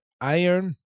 iron